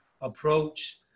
approach